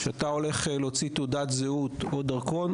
כשאתה הולך להוציא תעודת זהות או דרכון,